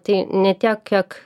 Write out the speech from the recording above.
tai ne tiek kiek